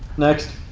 next.